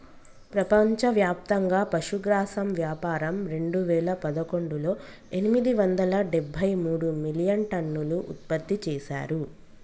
ప్రపంచవ్యాప్తంగా పశుగ్రాసం వ్యాపారం రెండువేల పదకొండులో ఎనిమిది వందల డెబ్బై మూడు మిలియన్టన్నులు ఉత్పత్తి చేశారు